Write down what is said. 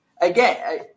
again